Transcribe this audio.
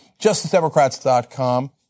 justicedemocrats.com